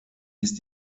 ist